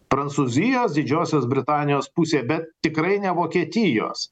prancūzijos didžiosios britanijos pusėje bet tikrai ne vokietijos